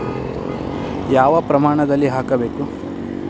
ಯಾವ ಪ್ರಮಾಣದಲ್ಲಿ ಹಾಕಬೇಕು?